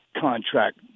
contract